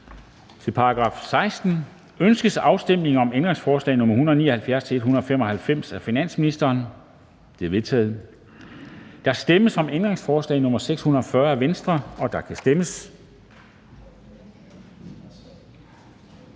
er forkastet. Ønskes afstemning om ændringsforslag nr. 453 af finansministeren? Det er vedtaget. Der stemmes om ændringsforslag nr. 690 af DF, og der kan stemmes.